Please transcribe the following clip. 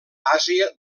àsia